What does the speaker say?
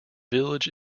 village